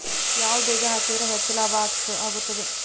ಯಾವ ಬೇಜ ಹಾಕಿದ್ರ ಹೆಚ್ಚ ಲಾಭ ಆಗುತ್ತದೆ?